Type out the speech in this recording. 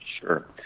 Sure